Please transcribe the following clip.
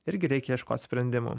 irgi reikia ieškot sprendimų